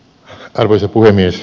arvoisa puhemies